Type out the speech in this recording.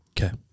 Okay